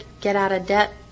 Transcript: get-out-of-debt